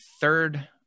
third